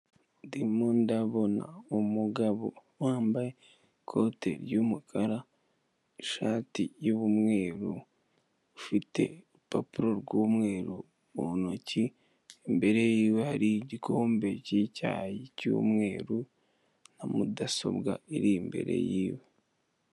Ndimo ndabona umugabo wambaye ikote ry'umukara ishati y'umweru, ufite urupapuro rw'umweru mu ntoki imbere yiwe hari igikombe cy'icyayi cy'umweru na mudasobwa iri imbere yiwe.